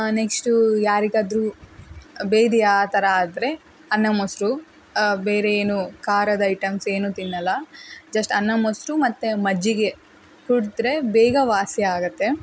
next ಯಾರಿಗಾದರೂ ಬೇಧಿ ಆ ಥರ ಆದರೆ ಅನ್ನ ಮೊಸರು ಬೇರೆ ಏನು ಖಾರದ ಐಟಮ್ಸ್ ಏನೂ ತಿನ್ನೋಲ್ಲ ಜಸ್ಟ್ ಅನ್ನ ಮೊಸರು ಮತ್ತು ಮಜ್ಜಿಗೆ ಕುಡಿದ್ರೆ ಬೇಗ ವಾಸಿ ಆಗುತ್ತೆ